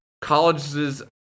colleges